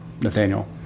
nathaniel